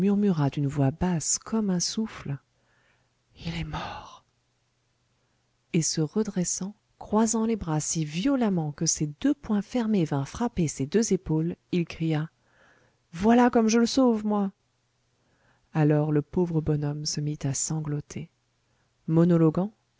murmura d'une voix basse comme un souffle il est mort et se redressant croisant les bras si violemment que ses deux poings fermés vinrent frapper ses deux épaules il cria voilà comme je le sauve moi alors le pauvre bonhomme se mit à sangloter